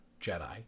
Jedi